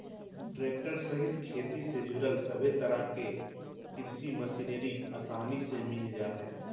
tractor सहित खेती से जुड़ल सभे तरह के कृषि मशीनरी आसानी से मिल जा हइ